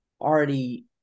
already